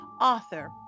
author